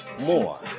more